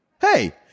Hey